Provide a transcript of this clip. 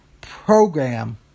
program